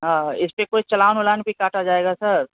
ہاں اس پہ کوئی چالان ولان بھی کاٹا جائے گا سر